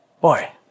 boy